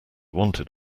wanted